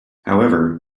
however